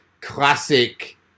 classic